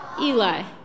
Eli